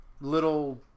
little